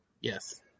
Yes